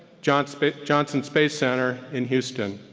johnson space johnson space center in houston.